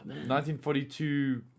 1942